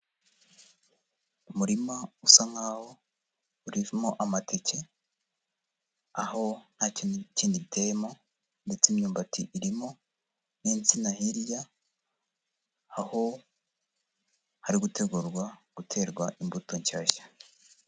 Umurima usa nk'aho urimo amateke, aho nta kintu kindi giteyemo, ndetse imyumbati irimo, n'insina hirya, aho hari gutegurwa guterwa imbuto nshyashya.